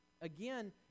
again